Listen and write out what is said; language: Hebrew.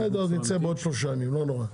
בסדר, אז נצא בעוד שלושה ימים, לא נורא.